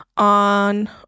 on